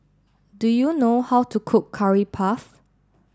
do you know how to cook Curry Puff